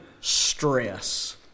stress